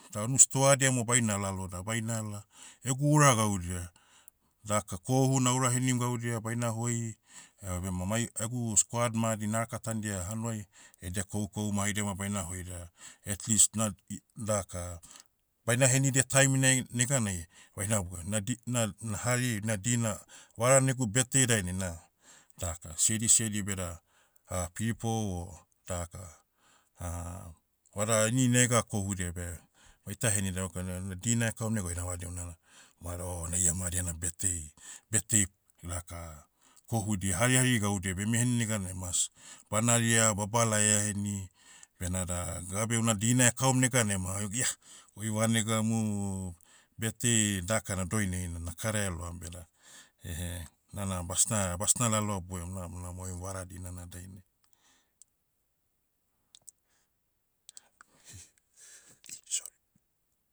Da unu stoadia mo baina lalo da baina la, egu ura gaudia. Daka kohu naura henim gaudia baina hoi, bema mai, egu squad madi na rakatandia hanuai, edia kohukohu ma haidia ma baina hoi da, atleast na- i- daka, baina henidia taiminai, neganai, baina boe na di- na- na hari, na dina, varan egu birthday dainai na, daka sedi siedi beda, piripou o, daka, vada, ini nega kohudia beh, baita henida okay na. Una dina ekaum neg oida madi unana, vada o na ia madi ena birthday- birthday daka, kohudia hariari gaudia beme heni neganai mas, banaria ba balaia heni, benada, dabe una dina ekaum neganai ma oig iah, oi vanega mo, birthday, dakana doini heina nakaraia loam beda, ehe, nana basna- basna laloa boiom, na- nam oem vara dinana dainai.